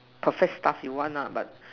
perfect stuff you want lah but